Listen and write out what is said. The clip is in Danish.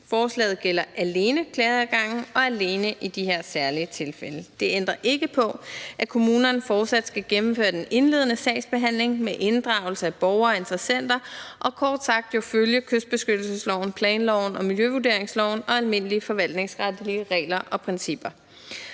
Forslaget gælder alene klageadgangen og alene i de her særlige tilfælde. Det ændrer ikke på, at kommunerne fortsat skal gennemføre den indledende sagsbehandling med inddragelse af borgere og interessenter og kort sagt følge kystbeskyttelsesloven, planloven og miljøvurderingsloven og almindelige forvaltningsretlige regler og principper.